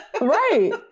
right